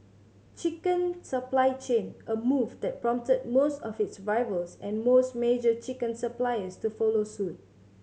chicken supply chain a move that prompted most of its rivals and most major chicken suppliers to follow suit